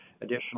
additional